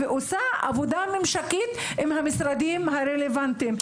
ועושה עבודה ממשקית עם המשרדים הרלבנטיים.